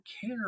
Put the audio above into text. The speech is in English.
care